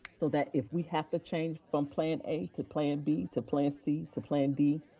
so that if we have to change from plan a to plan b to plan c to plan d,